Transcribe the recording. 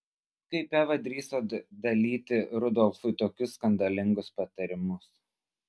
kaip eva drįso dalyti rudolfui tokius skandalingus patarimus